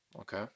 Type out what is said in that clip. okay